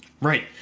right